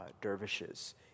dervishes